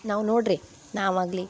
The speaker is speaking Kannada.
ನಾವು ನೋಡ್ರಿ ನಾವಾಗಲಿ